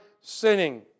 sinning